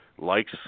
likes